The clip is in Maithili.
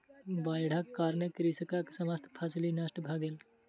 बाइढ़क कारणेँ कृषकक समस्त फसिल नष्ट भ गेल